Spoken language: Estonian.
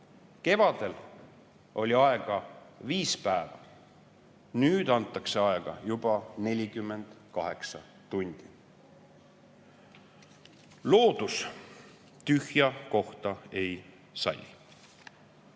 Kevadel oli aega viis päeva. Nüüd antakse aega "juba" 48 tundi. Loodus tühja kohta ei salli.